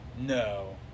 No